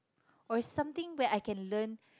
or is something where I can learn